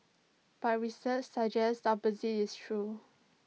but research suggests the opposite is true